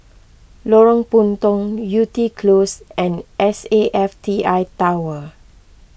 Lorong Puntong Yew Tee Close and S A F T I Tower